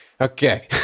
Okay